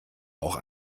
auch